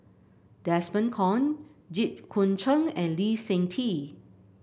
Desmond Kon Jit Koon Ch'ng and Lee Seng Tee